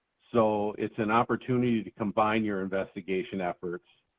so it's an opportunity to combine your investigation efforts,